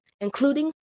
Including